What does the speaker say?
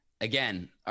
Again